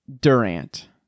Durant